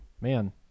man